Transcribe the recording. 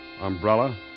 umbrella